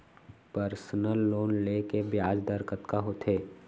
Personal loan ले के ब्याज दर कतका होथे?